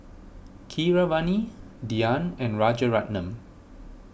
Keeravani Dhyan and Rajaratnam